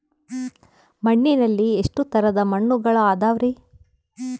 ಮಣ್ಣಿನಲ್ಲಿ ಎಷ್ಟು ತರದ ಮಣ್ಣುಗಳ ಅದವರಿ?